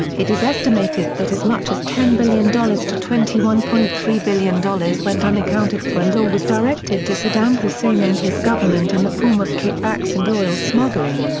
it is estimated that as much as ten billion dollars to twenty one point three billion dollars went unaccounted for and or was directed to saddam hussein and his government in the form of kickbacks and oil smuggling.